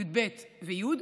י"ב וי',